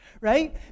right